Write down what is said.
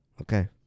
Okay